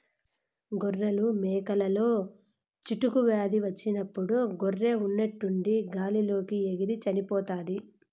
గొర్రెలు, మేకలలో చిటుకు వ్యాధి వచ్చినప్పుడు గొర్రె ఉన్నట్టుండి గాలి లోకి ఎగిరి చనిపోతాది